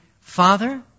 Father